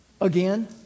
again